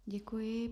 Děkuji.